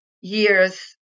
years